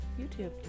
youtube